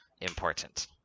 important